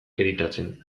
editatzen